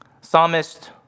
Psalmist